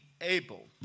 able